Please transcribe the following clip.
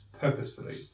purposefully